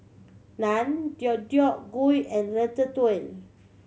Naan Deodeok Gui and Ratatouille